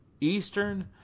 Eastern